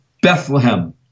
Bethlehem